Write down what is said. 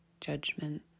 judgment